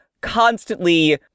constantly